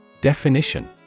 Definition